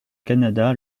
canada